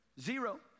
zero